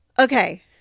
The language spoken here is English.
Okay